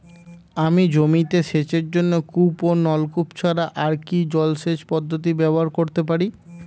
আমি জমিতে সেচের জন্য কূপ ও নলকূপ ছাড়া আর কি জলসেচ পদ্ধতি ব্যবহার করতে পারি?